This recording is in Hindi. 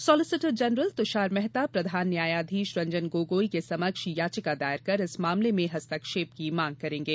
सॉलिसिटर जनरल तुषार मेहता प्रधान न्यायाधीश रंजन गोगोई के समक्ष याचिका दायर कर इस मामले में हस्तक्षेप की मांग करेंगे